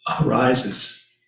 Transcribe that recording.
arises